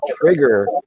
trigger